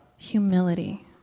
Humility